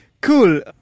cool